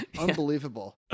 Unbelievable